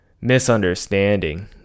Misunderstanding